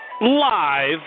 live